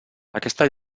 aquesta